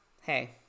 Hey